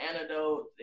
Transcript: Antidote